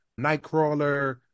Nightcrawler